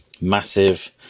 massive